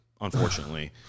unfortunately